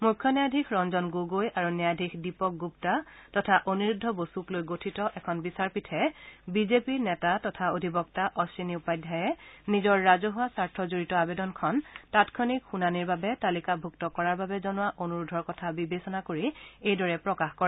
মুখ্য ন্যায়াধীশ ৰঞ্জন গগৈ আৰু ন্যায়াধীশ দীপক গুপ্তা আৰু অনিৰুদ্ধ বসুক লৈ গঠিত এখন বিচাৰপীঠে বিজেপি নেতা তথা অধিবক্তা অশ্চিনী উপাধ্যায়ে নিজৰ ৰাজহুৱা স্বাৰ্থজড়িত আবেদনখন তাৎক্ষণিক শুনানিৰ বাবে তালিকাভুক্ত কৰাৰ বাবে জনোৱা অনুৰোধৰ কথা বিবেচনা কৰি এইদৰে প্ৰকাশ কৰে